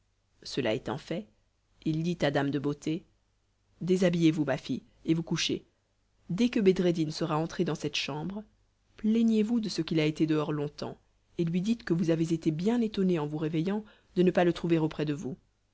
cela étant fait il dit à dame de beauté déshabillez vous ma fille et vous couchez dès que bedreddin sera entré dans cette chambre plaignez-vous de ce qu'il a été dehors longtemps et lui dites que vous avez été bien étonnée en vous réveillant de ne pas le trouver auprès de vous